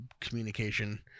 communication